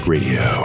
Radio